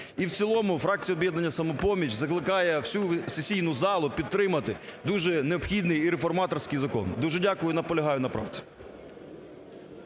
І в цілому фракція "Об'єднання "Самопоміч" закликає всю сесійну залу підтримати дуже необхідний реформаторський закон. Дуже дякую, наполягаю на правці.